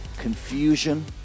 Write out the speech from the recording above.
confusion